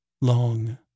long